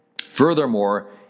Furthermore